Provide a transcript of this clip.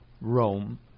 Rome